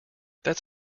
that’s